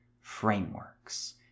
frameworks